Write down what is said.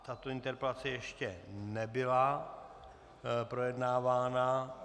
Tato interpelace ještě nebyla projednávána.